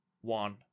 one